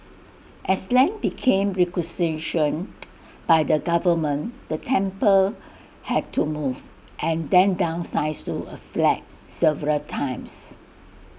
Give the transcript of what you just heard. as land became requisitioned by the government the temple had to move and then downsize to A flat several times